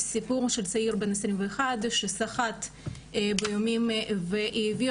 סיפור של צעיר בן 21 שסחט באיומים והעביר